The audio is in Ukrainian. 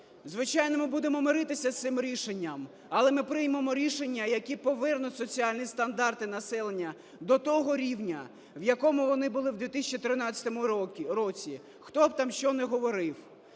звичайно, ми будемо миритися з цим рішенням, але ми приймемо рішення, які повернуть соціальні стандарти населення до того рівня, в якому вони були в 2013 році, хто б там що не говорив.